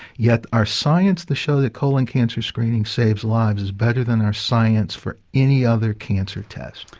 yet our science to show that colon cancer screening saves lives is better than our science for any other cancer test.